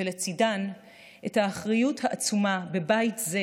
ולצידה את האחריות העצומה כלפיהם בבית זה,